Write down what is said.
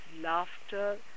laughter